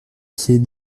pied